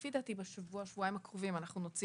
לפי דעתי בשבוע-שבועיים הקרובים נוציא